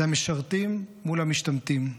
זה המשרתים מול המשתמטים,